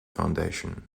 foundation